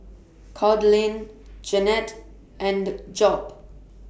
Claudine Jennette and Job